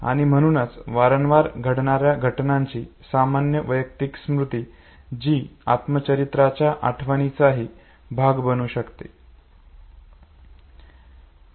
आणि म्हणूनच वारंवार घडणाऱ्या घटनांची सामान्य वैयक्तिक स्मृती जी आत्मचरित्राच्या आठवणीचाही भाग बनू शकते